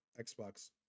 Xbox